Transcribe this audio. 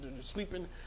sweeping